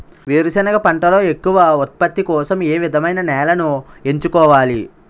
వేరుసెనగ పంటలో ఎక్కువ ఉత్పత్తి కోసం ఏ విధమైన నేలను ఎంచుకోవాలి?